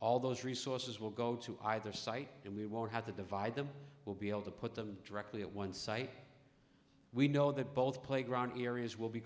all those resources will go to either site and we won't have to divide them we'll be able to put them directly at one site we know that both playground areas will be